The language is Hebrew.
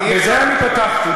אי-אפשר, בזה אני פתחתי.